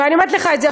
ואני אומרת לך את זה.